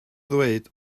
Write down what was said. ddweud